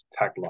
tagline